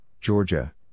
Georgia